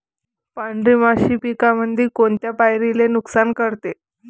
पांढरी माशी पिकामंदी कोनत्या पायरीले नुकसान करते?